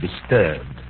disturbed